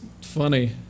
funny